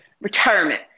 Retirement